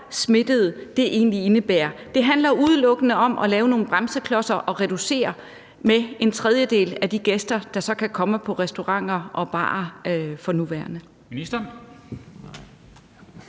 smittede, det egentlig indebærer. Det handler udelukkende om at lave nogle bremseklodser og reducere de gæster, der så kan komme på restauranter og barer for nuværende,